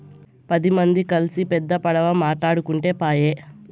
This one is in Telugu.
పది మంది కల్సి పెద్ద పడవ మాటాడుకుంటే పాయె